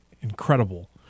Incredible